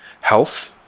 health